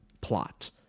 plot